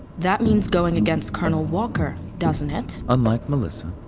that means going against colonel walker, doesn't it? unlike melissa,